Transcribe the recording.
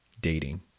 dating